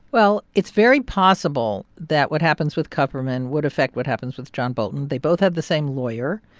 well, it's very possible that what happens with kupperman would affect what happens with john bolton. they both have the same lawyer.